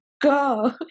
Go